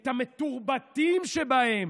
את המתורבתים שבהם.